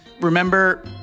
Remember